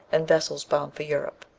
and vessels bound for europe.